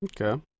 Okay